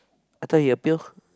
I thought he appeal